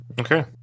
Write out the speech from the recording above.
okay